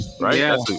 right